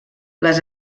les